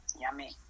yummy